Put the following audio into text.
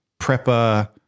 prepper